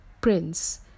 prince